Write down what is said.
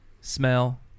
smell